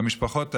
למשפחות האלה,